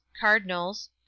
cardinals